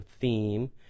theme